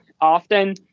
often